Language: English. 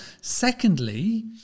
Secondly